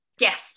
Yes